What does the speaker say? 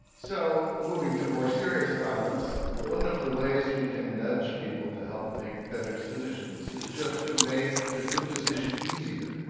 so, moving to more serious problems, one of the ways we can nudge people to help make better decisions is just to make the good decision easier.